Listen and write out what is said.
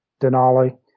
Denali